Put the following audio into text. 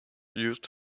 used